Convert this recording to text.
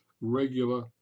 regular